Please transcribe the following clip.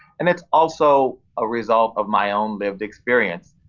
and it's also a result of my own lived experience.